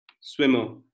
swimmer